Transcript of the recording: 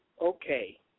okay